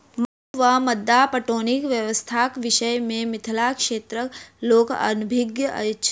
मद्दु वा मद्दा पटौनी व्यवस्थाक विषय मे मिथिला क्षेत्रक लोक अनभिज्ञ अछि